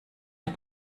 der